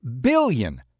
billion